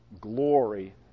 glory